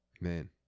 Man